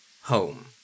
home